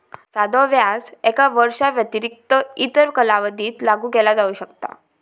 साधो व्याज एका वर्षाव्यतिरिक्त इतर कालावधीत लागू केला जाऊ शकता